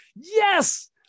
yes